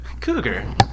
Cougar